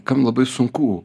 kam labai sunku